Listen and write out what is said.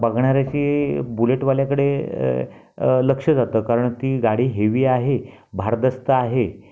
बघणाऱ्याची बुलेटवाल्याकडे लक्ष जातं कारण ती गाडी हेवी आहे भारदस्त आहे